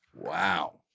Wow